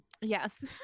yes